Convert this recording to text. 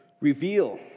Reveal